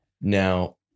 Now